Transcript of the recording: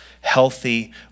healthy